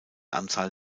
anzahl